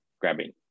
grabbing